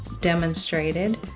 demonstrated